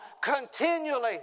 Continually